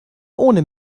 ohne